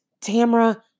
Tamra